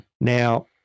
Now